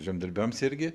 žemdirbiams irgi